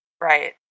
Right